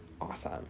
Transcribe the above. awesome